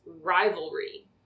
rivalry